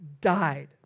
died